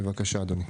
בבקשה אדוני.